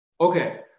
Okay